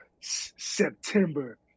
September